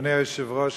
אדוני היושב-ראש,